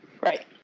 Right